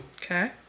Okay